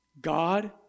God